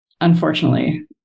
unfortunately